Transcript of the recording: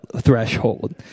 threshold